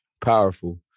powerful